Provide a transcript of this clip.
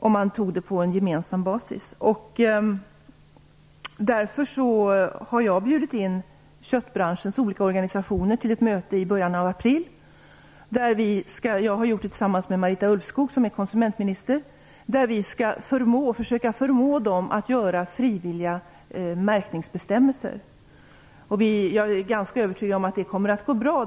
Jag har tillsammans med Marita Ulvskog, som är konsumentminister, bjudit in köttbranschens olika organisationer till ett möte i början av april. Vi skall då försöka förmå dem att göra frivilliga märkningsbestämmelser. Jag är ganska övertygad om att det kommer att gå bra.